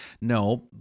no